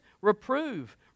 reprove